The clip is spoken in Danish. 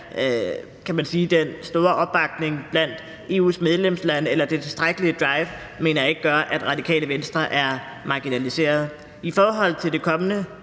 så ikke lige er den store opbakning blandt EU's medlemslande eller det tilstrækkelige drive, mener jeg ikke gør, at Radikale Venstre er marginaliseret. I forhold til det kommende